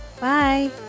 bye